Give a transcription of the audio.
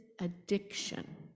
addiction